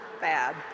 Bad